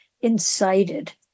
incited